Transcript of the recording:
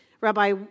Rabbi